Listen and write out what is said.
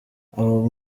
abo